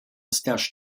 stadt